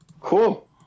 Cool